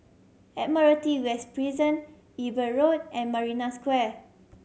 Admiralty West Prison Eber Road and Marina Square